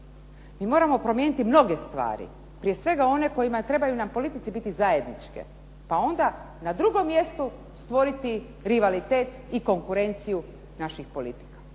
Mi moramo promijeniti mnoge stvari, prije svega one koje trebaju nam u politici biti zajedničke pa onda na drugom mjestu stvoriti rivalitet i konkurenciju naših politika.